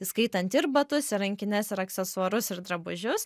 įskaitant ir batus ir rankines ir aksesuarus ir drabužius